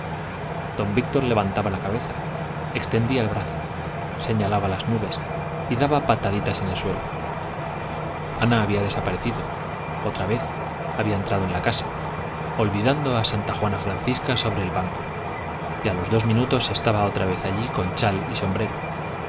don víctor levantaba la cabeza extendía el brazo señalaba a las nubes y daba pataditas en el suelo ana había desaparecido otra vez había entrado en la casa olvidando a santa juana francisca sobre el banco y a los dos minutos estaba otra vez allí con chal y sombrero